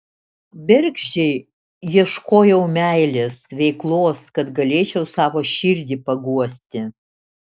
bergždžiai ieškojau meilės veiklos kad galėčiau savo širdį paguosti